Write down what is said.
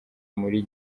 muri